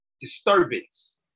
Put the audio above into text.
disturbance